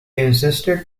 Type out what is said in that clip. insisted